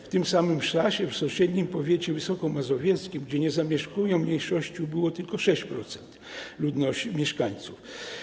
W tym samym czasie w sąsiednim powiecie wysokomazowieckim, gdzie nie zamieszkują mniejszości, ubyło tylko 6% ludności, mieszkańców.